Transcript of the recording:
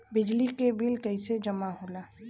बिजली के बिल कैसे जमा होला?